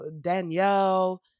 Danielle